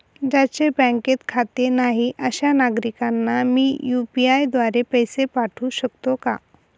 ज्यांचे बँकेत खाते नाही अशा नागरीकांना मी यू.पी.आय द्वारे पैसे पाठवू शकतो का?